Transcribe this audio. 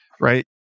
right